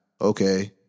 Okay